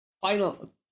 Final